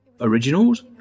Originals